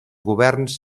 governs